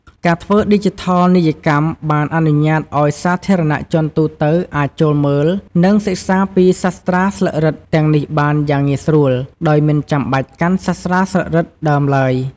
ការធ្វើឌីជីថលនីយកម្មបានអនុញ្ញាតឱ្យសាធារណជនទូទៅអាចចូលមើល និងសិក្សាពីសាស្រ្តាស្លឹករឹតទាំងនេះបានយ៉ាងងាយស្រួល ដោយមិនចាំបាច់កាន់សាស្រ្តាស្លឹករឹតដើមឡើយ។